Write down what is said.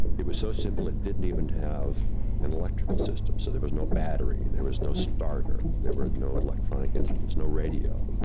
it was so simple. it didn't even have an electrical system, so there was no battery, there was no starter, there were no electronic instruments, no radio.